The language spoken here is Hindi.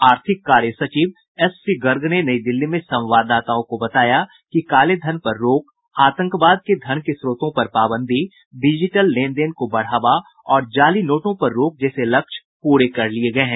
आर्थिक कार्य सचिव एस सी गर्ग ने नई दिल्ली में संवाददाताओं को बताया कि काले धन पर रोक आतंकवाद के धन के स्रोतों पर पाबंदी डिजीटल लेन देन को बढ़ावा और जाली नोटों पर रोक जैसे लक्ष्य पूरे कर लिये गये हैं